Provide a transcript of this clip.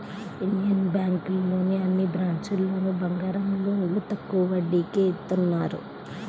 Indian బ్యేంకులోని అన్ని బ్రాంచీల్లోనూ బంగారం లోన్లు తక్కువ వడ్డీకే ఇత్తన్నారు